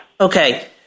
Okay